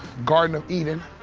garden of eden.